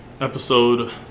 episode